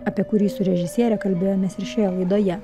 apie kurį su režisiere kalbėjomės ir šioje laidoje